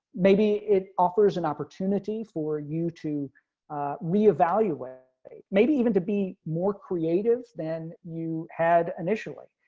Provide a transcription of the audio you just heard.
maybe it offers an opportunity for you to reevaluate maybe even to be more creative than you had initially.